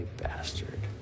bastard